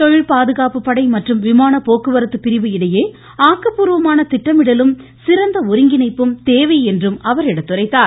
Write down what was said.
தொழில் பாதுகாப்பு படை மற்றும் விமான போக்குவரத்து பிரிவு இடையே ஆக்கப்பூர்வமான திட்டமிடலும் சிறந்த ஒருங்கிணைப்பும் தேவை என்றும் அவர் எடுத்துரைத்தார்